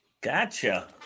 Gotcha